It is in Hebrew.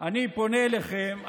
אני פונה אליכם.